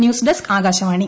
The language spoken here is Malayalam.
ന്യൂസ്ഡസ്ക് ആകാശവാണി